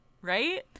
Right